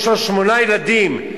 יש לו שמונה ילדים.